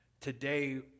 today